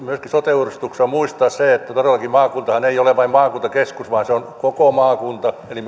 myös sote uudistuksessa on muistaa se että todellakaan maakuntahan ei ole vain maakuntakeskus vaan se on koko maakunta eli